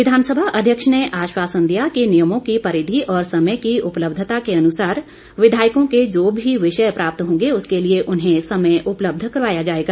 विधानसभा अध्यक्ष ने आश्वासन दिया कि नियमों की परिघी और समय की उपलब्धता के अनुसार विघायकों के जो भी विषय प्राप्त होंगे उसके लिए उन्हें समय उपलब्ध करवाया जाएगा